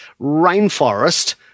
rainforest